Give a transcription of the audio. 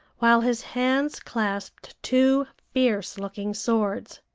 while his hands clasped two fierce-looking swords.